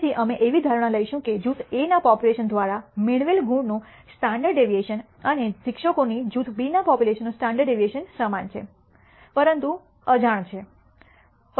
તેથી અમે એવી ધારણા લઈશું કે જૂથ A ના પોપ્યુલેશન દ્વારા મેળવેલ ગુણનું સ્ટાન્ડર્ડ ડેવિએશન અને શિક્ષકોની જૂથ બી ના પોપ્યુલેશનનું સ્ટાન્ડર્ડ ડેવિએશન સમાન છે પરંતુ અન્નોન છે